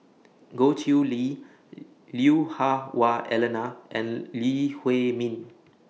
Goh Chiew Lye Lui Hah Wah Elena and Lee Huei Min